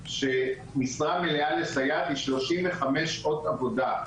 שמשרה מלאה לסייעת היא שלושים וחמש שעות עבודה,